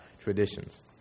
traditions